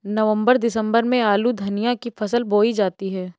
नवम्बर दिसम्बर में आलू धनिया की फसल बोई जाती है?